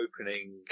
opening